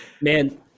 Man